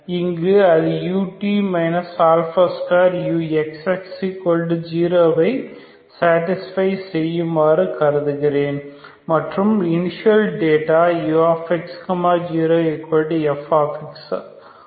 இங்கு அது ut 2uxx0 ஐ சேடிஸ்பை செய்யுமாறு கருதுகிறேன் மற்றும் இனிஷியல் டேட்டா ux 0f ஆகும்